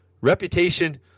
reputation